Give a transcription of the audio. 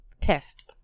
pissed